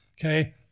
Okay